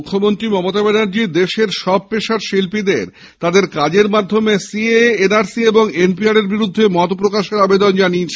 মুখ্যমন্ত্রী মমতা ব্যানার্জী দেশের সব পেশার শিল্পীদের তাদের কাজের মাধ্যমে সিএএ এনআরসি ও এনপিআর বিরুদ্ধে মত প্রকাশের আবেদন জানিয়েছেন